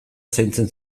zaintzen